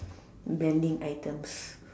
branding items